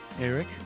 Eric